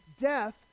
death